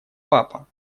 папа